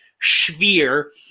sphere